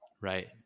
Right